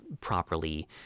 Properly